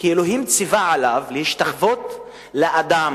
כי אלוהים ציווה עליו להשתחוות לאדם,